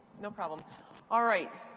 no problem all right,